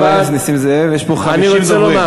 חבר הכנסת נסים זאב, יש פה 50 דוברים.